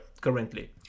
currently